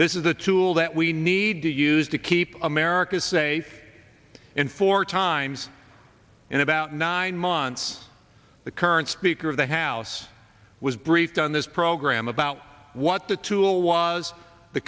this is a tool that we need to use to keep america say in four times in about nine months the current speaker of the house i was briefed on this program about what the tool was the